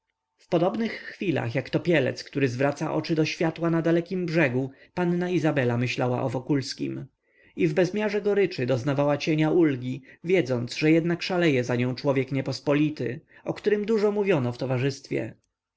podobnych chwilach jak topielec który zwraca oczy do światła na dalekim brzegu panna izabela myślała o wokulskim i w bezmiarze goryczy doznawała cienia ulgi wiedząc że jednak szaleje za nią człowiek niepospolity o którym dużo mówiono w towarzystwie